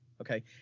okay